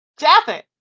Jaffet